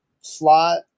slot